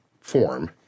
form –